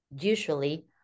usually